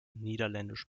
niederländisch